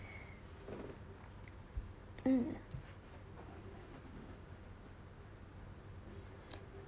mm